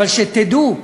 אבל שתדעו,